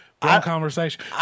conversation